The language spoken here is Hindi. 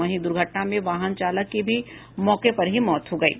वहीं दुर्घटना में वाहन चालक की भी मौके पर ही मौत हो गयी